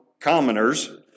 commoners